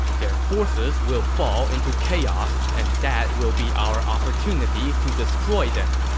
their forces will fall into chaos, and that will be our opportunity to destroy them.